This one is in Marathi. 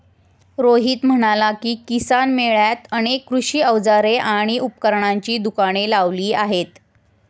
रोहित म्हणाला की, किसान मेळ्यात अनेक कृषी अवजारे आणि उपकरणांची दुकाने लावली आहेत